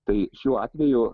tai šiuo atveju